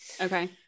Okay